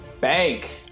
bank